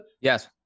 Yes